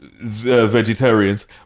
Vegetarians